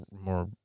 more